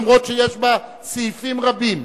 למרות שיש בה סעיפים רבים,